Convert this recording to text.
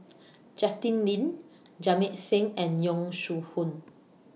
Justin Lean Jamit Singh and Yong Shu Hoong